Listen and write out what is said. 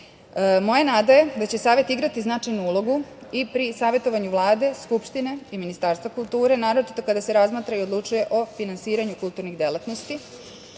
nada je da će savet igrati značajnu ulogu i pri savetovanju Vlade, Skupštine i Ministarstva kulture, naročito kada se razmatra i odlučuje o finansiranju kulturnih delatnosti. Stavku